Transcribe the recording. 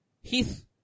Heath